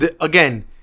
Again